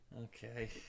Okay